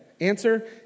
Answer